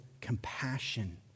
compassion